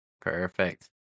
Perfect